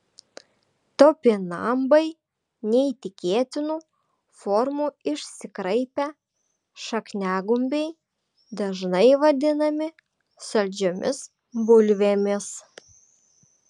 topinambai neįtikėtinų formų išsikraipę šakniagumbiai dažnai vadinami saldžiomis bulvėmis